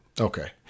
Okay